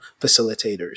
facilitators